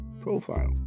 profile